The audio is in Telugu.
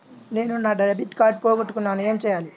నేను నా డెబిట్ కార్డ్ పోగొట్టుకున్నాను ఏమి చేయాలి?